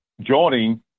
joining